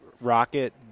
rocket